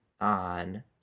on